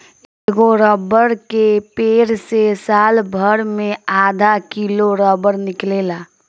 एगो रबर के पेड़ से सालभर मे आधा किलो रबर निकलेला